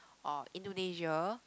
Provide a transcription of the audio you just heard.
or Indonesia